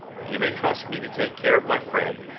you may trust me to take care of my friend,